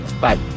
Bye